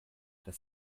das